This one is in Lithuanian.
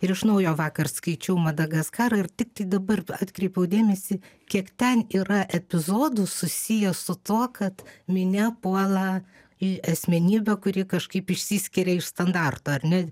ir iš naujo vakar skaičiau madagaskarą ir tiktai dabar atkreipiau dėmesį kiek ten yra epizodų susiję su tuo kad minia puola į asmenybę kuri kažkaip išsiskiria iš standartų ar ne